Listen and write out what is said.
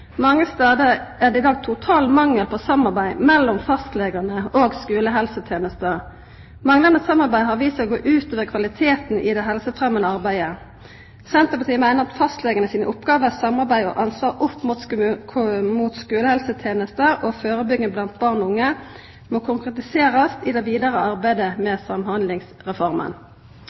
Mange stader er det i dag ein total mangel på samarbeid mellom fastlegane og skulehelsetenesta. Manglande samarbeid har vist seg å gå ut over kvaliteten i det helsefremmande arbeidet. Senterpartiet meiner at fastlegane sine oppgåver, samarbeid og ansvar opp mot skulehelsetenesta og førebygging blant barn og unge må konkretiserast i det vidare arbeidet med Samhandlingsreforma.